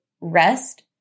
rest